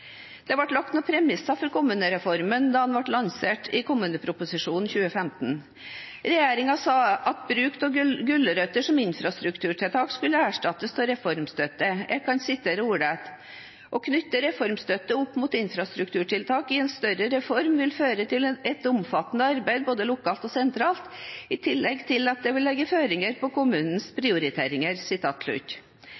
Det ble lagt noen premisser for kommunereformen da den ble lansert i kommuneproposisjonen for 2015. Regjeringen sa at bruk av gulrøtter som infrastrukturtiltak skulle erstattes av reformstøtte. Jeg kan sitere ordrett: «Å knytte reformstøtte opp mot infrastrukturtiltak i en større reform vil også kunne føre til et omfattende arbeid, både på lokalt og sentralt nivå, i tillegg til at det vil legge føringer på kommunenes prioriteringer.»